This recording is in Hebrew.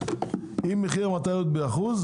אם מחיר המטרה יורד באחוז,